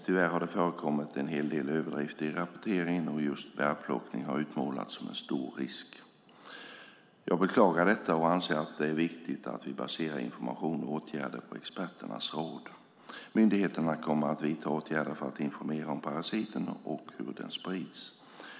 Tyvärr har det förekommit en hel del överdrifter i rapporteringen, och just bärplockning har utmålats som en stor risk. Jag beklagar detta och anser att det är viktigt att vi baserar information och åtgärder på experternas råd. Myndigheterna kommer att vidta åtgärder för att informera om parasiten och hur den sprids.